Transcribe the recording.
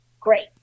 Great